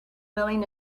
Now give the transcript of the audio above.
willing